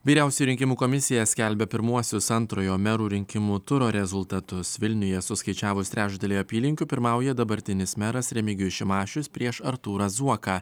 vyriausioji rinkimų komisija skelbia pirmuosius antrojo merų rinkimų turo rezultatus vilniuje suskaičiavus trečdalį apylinkių pirmauja dabartinis meras remigijus šimašius prieš artūrą zuoką